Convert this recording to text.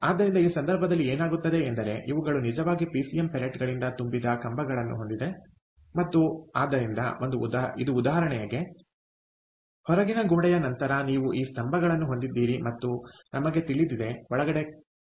ಆದ್ದರಿಂದ ಈ ಸಂದರ್ಭದಲ್ಲಿ ಏನಾಗುತ್ತದೆ ಎಂದರೆ ಅವುಗಳು ನಿಜವಾಗಿ ಪಿಸಿಎಂ ಪೆಲೆಟ್ಗಳಿಂದ ತುಂಬಿದ ಕಂಬಗಳನ್ನು ಹೊಂದಿವೆ ಮತ್ತು ಆದ್ದರಿಂದ ಇದು ಉದಾಹರಣೆಗೆ ಹೊರಗಿನ ಗೋಡೆಯ ನಂತರ ನೀವು ಈ ಸ್ತಂಭಗಳನ್ನು ಹೊಂದಿದ್ದೀರಿ ಮತ್ತು ನಮಗೆ ತಿಳಿದಿದೆ ಒಳಗಡೆ ಕೋಣೆ ಇದೆ